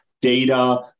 data